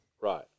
right